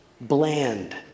Bland